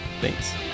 Thanks